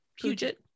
Puget